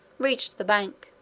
reached the bank,